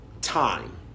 time